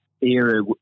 era